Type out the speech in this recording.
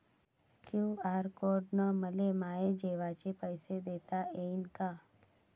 QR code न मले माये जेवाचे पैसे देता येईन का?